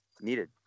needed